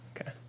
okay